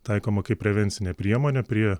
taikoma kaip prevencinė priemonė prie